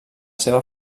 seva